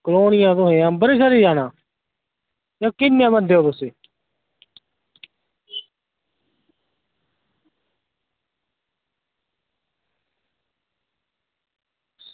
colony दा कुत्थें अंबरसरै ई जाना ते किन्ने बंदे ओह् तुस